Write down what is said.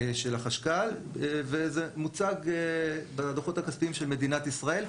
של החשכ"ל וזה מוצג בדוחות הכספיים של מדינת ישראל.